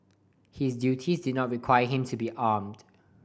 his duties did not require him to be armed